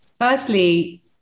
Firstly